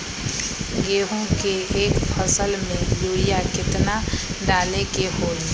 गेंहू के एक फसल में यूरिया केतना डाले के होई?